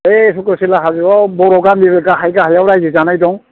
बे चख्रसिला हाजोआव बर' गामिबो गाहाय गाहायाव रायजो जानाय दं